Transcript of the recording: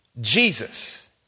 Jesus